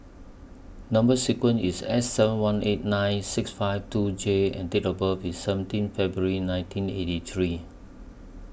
Number sequence IS S seven one eight nine six five two J and Date of birth IS seventeen February nineteen eighty three